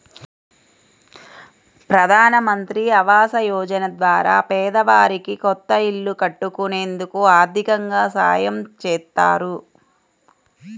ప్రధానమంత్రి ఆవాస యోజన ద్వారా పేదవారికి కొత్త ఇల్లు కట్టుకునేందుకు ఆర్దికంగా సాయం చేత్తారు